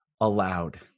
aloud